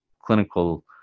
clinical